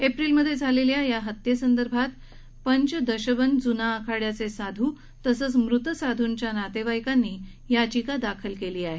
एप्रिलमध्ये झालेल्या या हत्येसंदर्भात पंच दशबन जुना आखाड्याचे साधू तसंच मृत साधूंच्या नातेवाईकांनी याचिका दाखल केली आहे